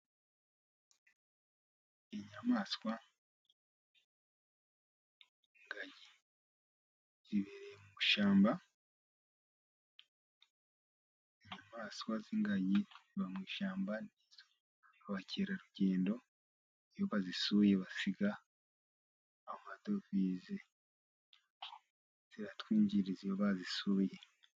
Inyamaswa z'INgagi zibereye mu ishyamba. Inyamaswa z'ingagi, ziba mu ishyamba. Ba Mukerarugendo iyo bazisuye, basiga amadovize . Ziratwinjiriza iyo bazisuye .